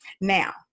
Now